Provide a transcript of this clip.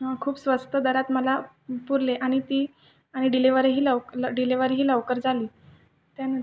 हा खूप स्वस्त दरात मला पुरले आणि ती आणि डिलेवरीही लवक डिलेवरीही लवकर झाली त्यानं